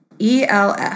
ELF